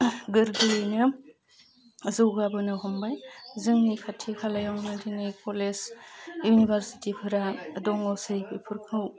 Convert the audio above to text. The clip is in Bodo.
गोरलैयैनो जौगाबोनो हमबाय जोंनि खाथि खालायावनो जोंनि कलेज इउनिभारसिटिफोरा दङसै बेफोरखौ